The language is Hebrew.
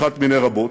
אחת מני רבות,